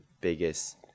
biggest